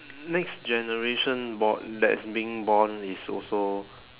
next generation bo~ that is being born is also